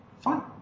fine